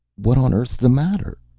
what on earth's the matter?